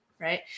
right